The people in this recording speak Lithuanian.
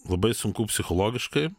labai sunku psichologiškai